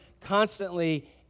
constantly